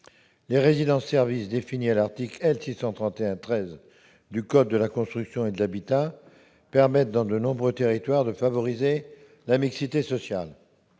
les résidences-services, définies à l'article L. 631-13 du code de la construction et de l'habitation, permettent, dans de nombreux territoires, de favoriser la mixité sociale.